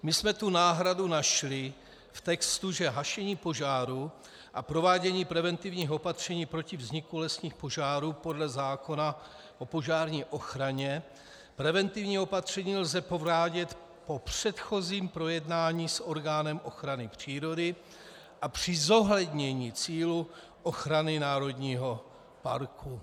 My jsme tu náhradu našli v textu, že hašení požáru a provádění preventivních opatření proti vzniku lesních požárů podle zákona o požární ochraně, preventivní opatření lze provádět po předchozím projednání s orgánem ochrany přírody a při zohlednění cílů ochrany národního parku.